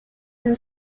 and